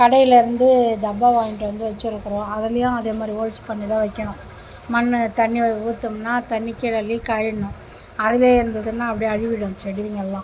கடையிலேருந்து டப்பா வாய்ண்ட்டு வந்து வெச்சிருக்கிறோம் அதிலியும் அதேமாதிரி ஹோல்ஸ் பண்ணி தான் வைக்கணும் மண் தண்ணி ஊற்றும்னா தண்ணி கீழே லீக் ஆயிடணும் அதில் இருந்ததுன்னா அப்படே அழுகிடும் செடிங்கள்லாம்